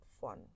fun